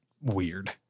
weird